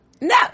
No